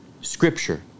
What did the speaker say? Scripture